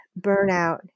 burnout